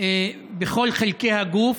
בכל חלקי הגוף.